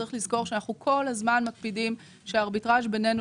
צריך לזכור שאנחנו כל הזמן מקפידים שהארביטראז' בינינו